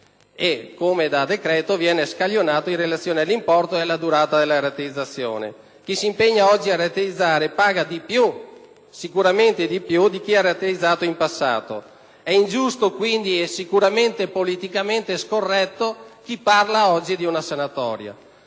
prevede il decreto, viene scaglionato in relazione all'importo e alla durata della rateizzazione. Chi si impegna oggi a rateizzare paga sicuramente di più di chi lo ha fatto in passato; è ingiusto, quindi, e sicuramente politicamente scorretto, parlare oggi di una sanatoria.